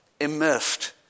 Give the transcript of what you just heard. immersed